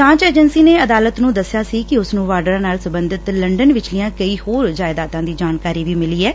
ਜਾਂਚ ਏਜੰਸੀ ਨੇ ਅਦਾਲਤ ਨੂੰ ਦਸਿਆ ਕਿ ਉਸ ਨੂੰ ਵਾਡਰਾ ਨਾਲ ਸੰਬੰਧਤ ਲੰਡਨ ਵਿਚਲੀਆਂ ਕਈ ਹੋਰ ਜਾਇਦਾਂ ਦੀ ਜਾਣਕਾਰੀ ਵੀ ਮਿਲੀ ਐ